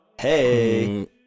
Hey